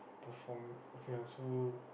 perform okay lah so